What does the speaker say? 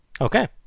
okay